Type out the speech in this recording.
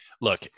look